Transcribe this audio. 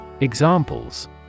Examples